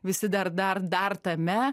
visi dar dar dar tame